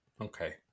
okay